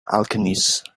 alchemist